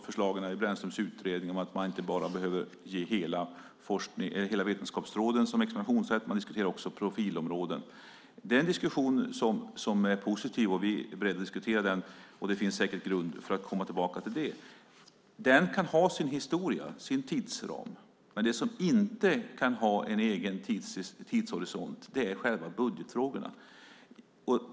Förslagen i Brändströms utredning är att inte ge examinationsrätt för hela vetenskapsområden. Man diskuterar också profilområden. Det är en positiv diskussion, och vi är beredda att ta den diskussionen. Det finns säkert grund att komma tillbaka till det. Diskussionen kan ha sin historia och tidsram. Det som inte kan ha en egen tidshorisont är själva budgetfrågorna.